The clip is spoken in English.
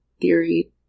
theory